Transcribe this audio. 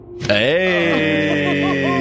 Hey